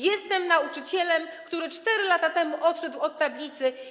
Jestem nauczycielem, który 4 lata temu odszedł od tablicy.